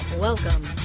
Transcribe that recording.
Welcome